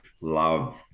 love